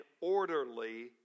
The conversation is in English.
orderly